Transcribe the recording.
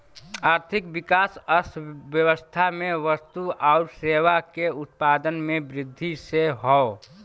आर्थिक विकास अर्थव्यवस्था में वस्तु आउर सेवा के उत्पादन में वृद्धि से हौ